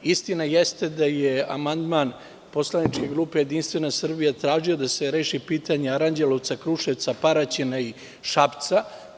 Istina jeste da je amandman poslaničke grupe Jedinstvena Srbija tražio da se reši pitanje Aranđelovca, Kruševca, Paraćina i Šapca.